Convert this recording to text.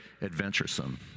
adventuresome